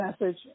message